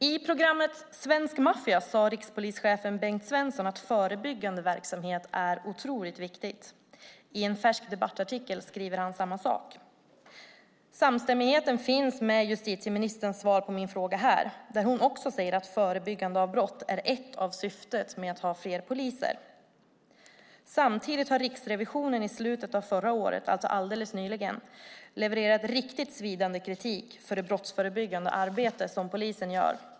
I programmet Svensk maffia sade rikspolischefen Bengt Svenson att förebyggande verksamhet är otroligt viktigt. I en färsk debattartikel skriver han samma sak. Samstämmigheten finns med justitieministerns svar på min fråga här, där hon också säger att förebyggande av brott är ett syfte med fler poliser. Samtidigt har Riksrevisionen i slutet av förra året, alltså alldeles nyligen, levererat riktigt svidande kritik mot det brottsförebyggande arbete som polisen gör.